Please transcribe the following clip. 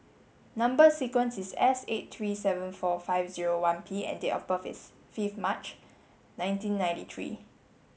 number sequence is S eight three seven four five zero one P and date of birth is fifth March nineteen ninety three